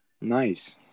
Nice